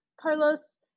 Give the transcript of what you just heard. Carlos